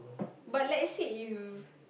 but let say if